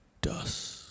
dust